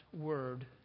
Word